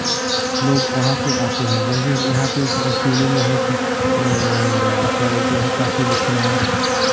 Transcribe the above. लोग वहाँ से आते हैं जैसे यहाँ पे शिवलिंग है क्या बोलते हैं काशी विश्वनाथ